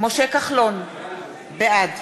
משה כחלון, בעד